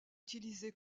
utilisé